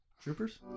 Troopers